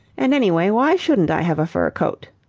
and, anyway, why shouldn't i have a fur coat?